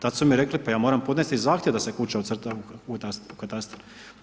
Tada su mi rekli pa ja moram podnesti zakon da se kuća ucrta u katastar.